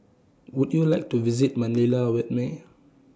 Would YOU like to visit Manila with Me